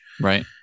Right